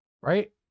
Right